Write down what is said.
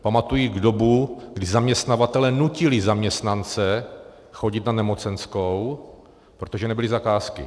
Pamatuji dobu, kdy zaměstnavatelé nutili zaměstnance chodit na nemocenskou, protože nebyly zakázky.